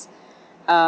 uh